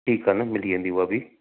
ठीक आहे न मिली वेंदी उहा बि